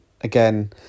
again